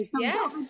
Yes